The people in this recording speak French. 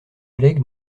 legs